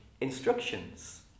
instructions